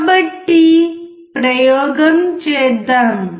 కాబట్టి ప్రయోగం చేద్దాం